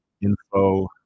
Info